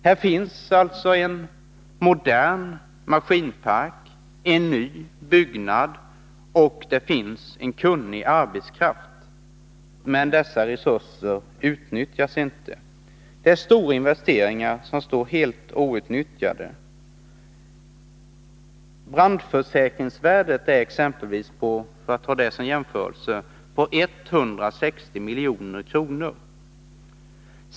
Här finns alltså en modern maskinpark, en ny byggnad och en kunnig arbetskraft. Men dessa resurser utnyttjas inte. Det är stora investeringar som står helt outnyttjade. Brandförsäkringsvärdet — för att ta det som exempel — är 160 milj.kr.